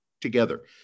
together